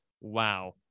wow